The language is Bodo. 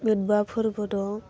मोनबा फोरबो दं